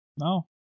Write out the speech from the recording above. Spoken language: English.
No